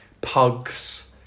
pugs